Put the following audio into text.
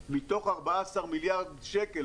יהיה מתוך 14 מיליארד שקל,